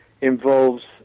involves